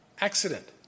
accident